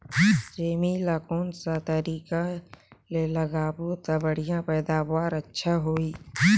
सेमी ला कोन सा तरीका ले लगाबो ता बढ़िया पैदावार अच्छा होही?